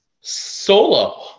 solo